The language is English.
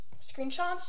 screenshots